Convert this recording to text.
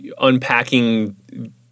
unpacking